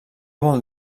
vol